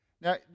now